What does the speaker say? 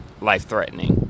life-threatening